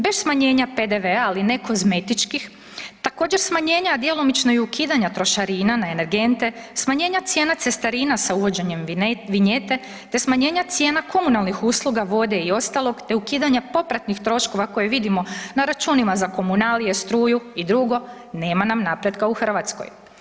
Bez smanjenja PDV-a, ali ne kozmetičkih, također smanjenja a djelomično i ukidanja trošarina na energente, smanjenje cijena cestarina sa uvođenjem vinjete te smanjenja cijena komunalnih usluga vode i ostalog te ukidanja popratnih troškova koje vidimo na računima za komunalije, struju i drugo nema nam napretka u Hrvatskoj.